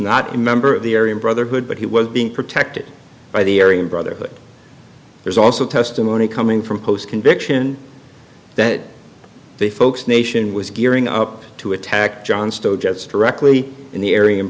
not a member of the area brotherhood but he was being protected by the area brotherhood there's also testimony coming from post conviction that the folks nation was gearing up to attack john stoll jets directly in the area and